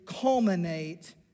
culminate